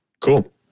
Cool